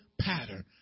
pattern